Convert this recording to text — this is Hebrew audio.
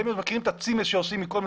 אתם מכירים את הצימעס שעושים מכל הדברים האלה.